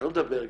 שלא נדבר גם,